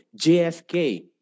JFK